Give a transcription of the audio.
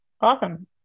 Awesome